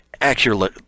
accurately